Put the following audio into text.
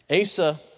Asa